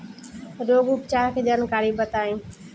रोग उपचार के जानकारी बताई?